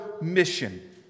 mission